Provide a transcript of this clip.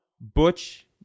butch